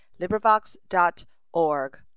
LibriVox.org